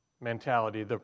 mentality